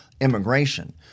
Immigration